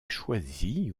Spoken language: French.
choisie